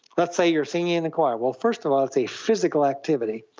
let's say you're singing in a choir. well, first of all it's a physical activity.